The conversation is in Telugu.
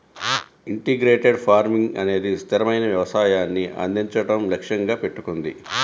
ఇంటిగ్రేటెడ్ ఫార్మింగ్ అనేది స్థిరమైన వ్యవసాయాన్ని అందించడం లక్ష్యంగా పెట్టుకుంది